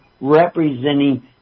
representing